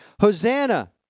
Hosanna